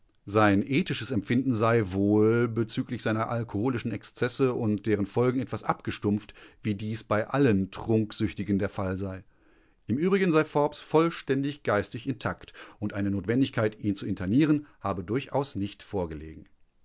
sein ethisches empfinden sei wohl bezüglich seiner alkoholischen exzesse und deren folgen etwas abgestumpft wie dies bei allen trunksüchtigen der fall sei im übrigen sei forbes vollständig geistig intakt und eine notwendigkeit ihn zu internieren habe durchaus nicht vorgelegen